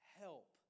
help